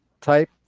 type